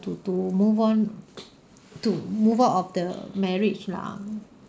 to to move on to move out of the marriage lah